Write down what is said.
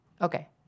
Okay